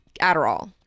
Adderall